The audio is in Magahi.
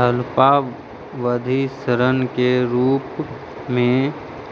अल्पावधि ऋण के रूप में